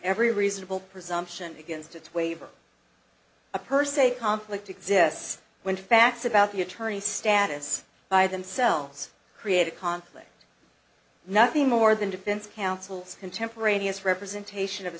every reasonable presumption against its waiver a per se conflict exists when facts about the attorney status by themselves create a conflict nothing more than defense counsel contemporaneous representation of